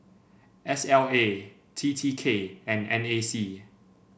S L A T T K and N A C